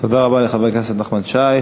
תודה רבה לחבר הכנסת נחמן שי.